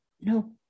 no